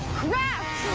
craft!